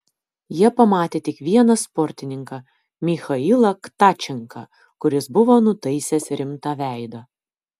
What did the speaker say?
jie pamatė tik vieną sportininką michailą tkačenką kuris buvo nutaisęs rimtą veidą